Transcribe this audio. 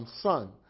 son